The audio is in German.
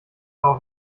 auch